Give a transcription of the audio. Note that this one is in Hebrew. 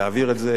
להעביר את זה,